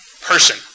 person